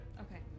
Okay